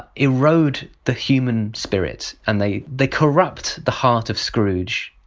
erode the human spirit and they they corrupt the heart of scrooge.